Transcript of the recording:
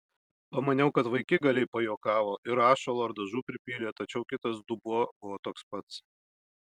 pamaniau kad vaikigaliai pajuokavo ir rašalo ar dažų pripylė tačiau kitas dubuo buvo toks pats